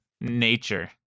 Nature